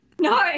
No